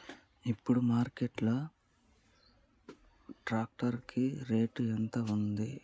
ఇప్పుడు మార్కెట్ లో ట్రాక్టర్ కి రేటు ఎంత ఉంది?